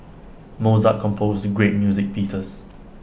Mozart composed great music pieces